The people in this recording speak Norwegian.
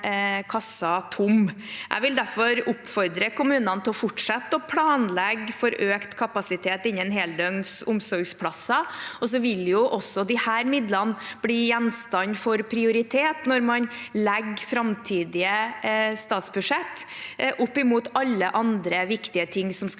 Jeg vil derfor oppfordre kommunene til å fortsette å planlegge for økt kapasitet innen heldøgns omsorgsplasser, og så vil jo også disse midlene bli gjenstand for prioritet når man legger framtidige statsbudsjett, opp mot alle andre viktige ting som skal løses